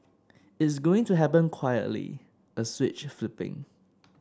it's going to happen quietly a switch flipping